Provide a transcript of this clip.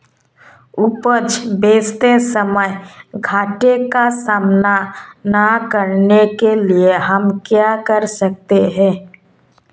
उपज बेचते समय घाटे का सामना न करने के लिए हम क्या कर सकते हैं?